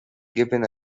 given